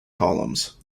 columns